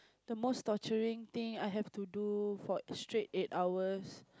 the most torturing thing I have to do for straight eight hours